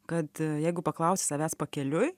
kad jeigu paklausi savęs pakeliui